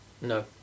No